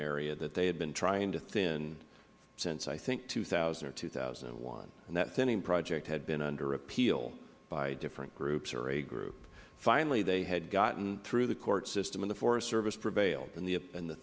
area that they had been trying to thin since i think two thousand or two thousand and one and that thinning project had been under appeal by different groups or a group finally they had gotten through the court system and the forest service prevailed and the